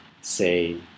say